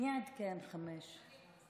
מי עדכן חמש?